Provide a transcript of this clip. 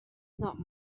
not